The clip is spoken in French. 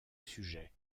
sujet